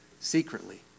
secretly